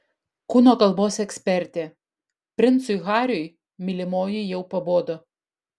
kūno kalbos ekspertė princui hariui mylimoji jau pabodo